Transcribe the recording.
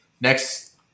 next